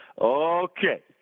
Okay